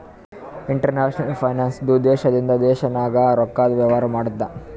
international finance ಇದು ದೇಶದಿಂದ ದೇಶ ನಾಗ್ ರೊಕ್ಕಾದು ವೇವಾರ ಮಾಡ್ತುದ್